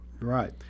Right